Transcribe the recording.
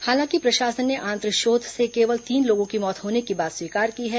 हालांकि प्रशासन ने आंत्रशोथ से केवल तीन लोगों की मौत होने की बात स्वीकार की है